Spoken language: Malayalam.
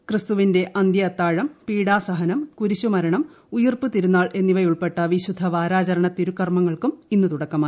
ക്രിസ്തുവിന്റെ അന്ത്യ അത്താഴം പീഡാസഹനം കുരിശുമരണം ഉയിർപ്പ് തിരുനാൾ എന്നിവയുൾപ്പെട്ട വിശുദ്ധ വാരാചരണ തിരുക്കർമ്മങ്ങൾക്കും ഇന്ന് തുടക്കമായി